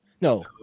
no